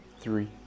three